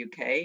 UK